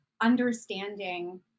understanding